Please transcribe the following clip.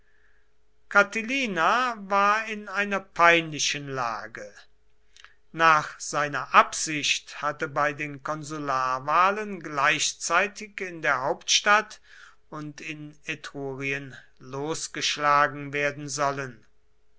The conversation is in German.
catilina war in einer peinlichen lage nach seiner absicht hatte bei den konsularwahlen gleichzeitig in der hauptstadt und in etrurien iosgeschlagen werden sollen